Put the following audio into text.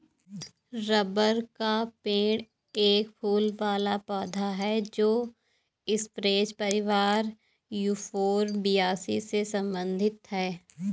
rubber का पेड़ एक फूल वाला पौधा है जो स्परेज परिवार यूफोरबियासी से संबंधित है